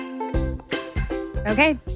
Okay